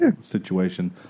situation